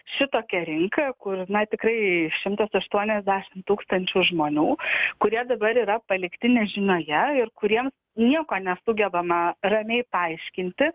šitokią rinką kur na tikrai šimtas aštuoniasdešim tūkstančių žmonių kurie dabar yra palikti nežinioje ir kuriem nieko nesugebame ramiai paaiškinti